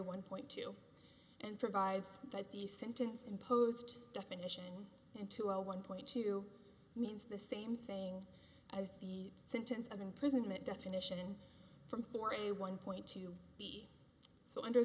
one point two and provides that the sentence imposed definition and to a one point two means the same thing as the sentence of imprisonment definition from for a one point two so under